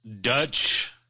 Dutch